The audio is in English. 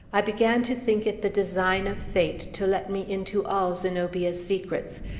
i began to think it the design of fate to let me into all zenobia's secrets,